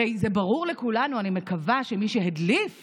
הרי זה ברור לכולנו, אני מקווה, שמי שהדליף